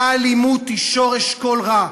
האלימות היא שורש כל רע,